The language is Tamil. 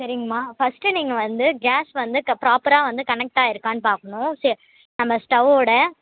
சரிங்கம்மா ஃபர்ஸ்ட்டு நீங்கள் வந்து கேஸ் வந்து ப்ராபெராக வந்து கனெக்ட் ஆகிருக்கான்னு பார்க்குணும் ஸ்ட நம்ம ஸ்டவ்வோடய